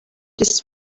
this